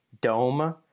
dome